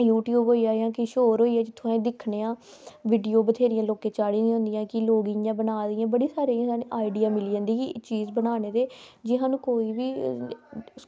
YouTube होइया जां किश होर होइया जित्थुआं अस दिक्खने आं वीडियो बथ्हेरे लोकें चाढ़े दे होंदे कि लोक इंया बना दे आइडिया मिली जंदा कि चीज़ बनाने दे जे मतलब कोई बी